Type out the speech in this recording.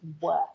worse